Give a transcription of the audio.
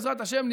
בעזרת השם,